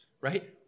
right